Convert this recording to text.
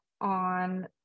on